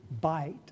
bite